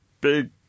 big